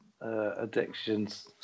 addictions